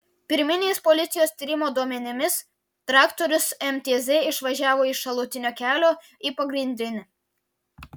pirminiais policijos tyrimo duomenimis traktorius mtz išvažiavo iš šalutinio kelio į pagrindinį